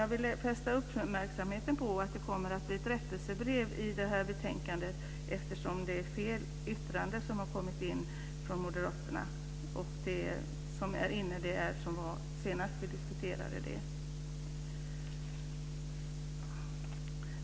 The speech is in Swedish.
Jag vill fästa uppmärksamheten på att det kommer ett rättelsebrev till detta betänkande, eftersom det är fel yttrande som har kommit med från moderaterna. Det som är med är det som var med senast vi diskuterade frågan.